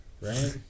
Right